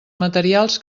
materials